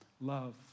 love